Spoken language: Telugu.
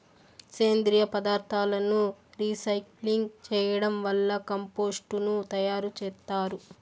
సేంద్రీయ పదార్థాలను రీసైక్లింగ్ చేయడం వల్ల కంపోస్టు ను తయారు చేత్తారు